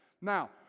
Now